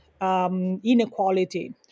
inequality